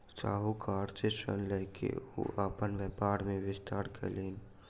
साहूकार सॅ ऋण लय के ओ अपन व्यापार के विस्तार कयलैन